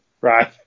Right